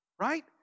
right